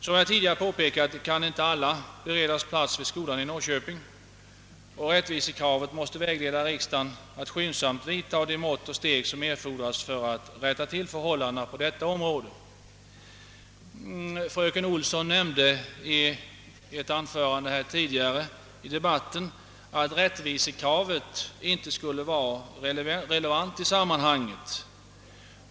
Som jag tidigare påpekat kan inte alla beredas plats vid skolan i Norrköping, och rättvisekravet borde föranleda riksdagen att skyndsamt vidtaga de mått och steg som erfordras för att rätta till missförhållandena på detta område. Frö ken Olsson nämnde i sitt anförande att rättvisekravet inte är relevant i detta sammanhang.